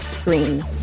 Green